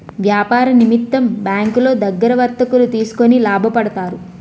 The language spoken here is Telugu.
వ్యాపార నిమిత్తం బ్యాంకులో దగ్గర వర్తకులు తీసుకొని లాభపడతారు